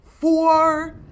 four